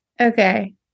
Okay